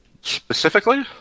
Specifically